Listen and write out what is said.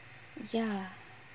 ya